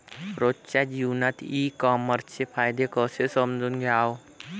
रोजच्या जीवनात ई कामर्सचे फायदे कसे समजून घ्याव?